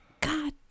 god